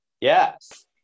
Yes